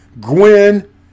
Gwen